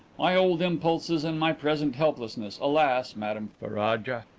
my old impulses and my present helplessness, alas, madame ferraja!